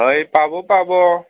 হয় পাব পাব